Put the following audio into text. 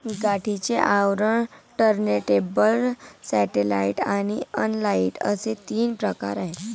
गाठीचे आवरण, turntable, satellite आणि इनलाइन असे तीन प्रकार आहे